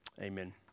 Amen